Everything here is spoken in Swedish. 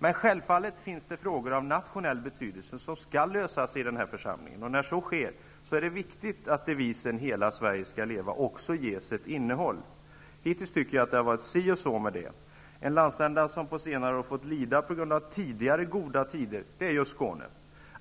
finns självfallet frågor av nationell betydelse som skall lösas i den här församlingen. När så sker är det viktigt att devisen Hela Sverige skall leva också ges ett innehåll. Jag tycker att det har varit si och så med det hittills. En landsända som på senare år har fått lida på grund av tidigare goda tider är just Skåne.